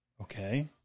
Okay